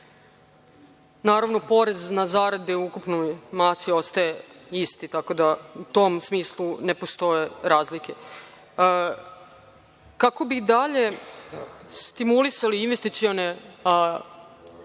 Naravno, porez na zarade u ukupnoj masi ostaje isti, tako da u tom smislu ne postoje razlike. Kako bi dalje stimulisali investicione